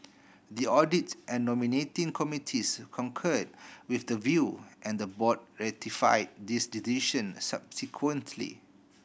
the audits and nominating committees concur with the view and the board ratify this decision subsequently